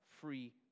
free